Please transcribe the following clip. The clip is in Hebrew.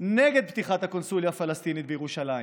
נגד פתיחת הקונסוליה הפלסטינית בירושלים.